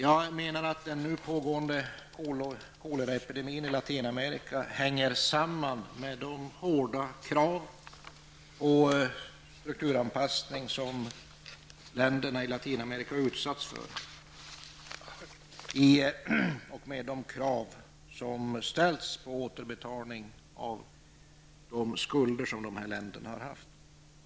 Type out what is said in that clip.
Jag menar att den nu pågående koleraepidemin i Latinamerika hänger samman med de hårda krav på en strukturanpassning som länderna där har utsatts för i och med de krav som har ställts på återbetalning av de skulder som de här länderna har haft.